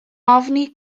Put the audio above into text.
ofni